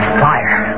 fire